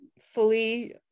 fully